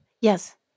Yes